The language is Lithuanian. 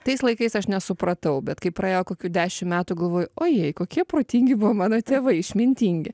tais laikais aš nesupratau bet kai praėjo kokių dešim metų galvoju ojei kokie protingi buvo mano tėvai išmintingi